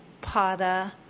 Pada